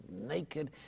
naked